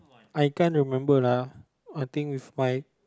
I can't remember lah I think with my